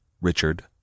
Richard